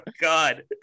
God